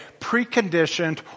preconditioned